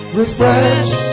refresh